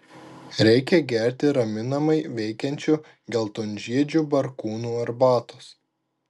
reikia gerti raminamai veikiančių geltonžiedžių barkūnų arbatos